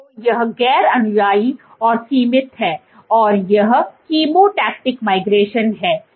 तो यह गैर अनुयायी और सीमित है और यह केमोटैक्टिक माइग्रेशन है